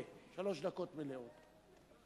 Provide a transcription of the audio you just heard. שלוש דקות מלאות.